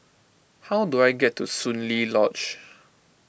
how do I get to Soon Lee Lodge